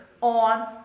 on